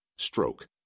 Stroke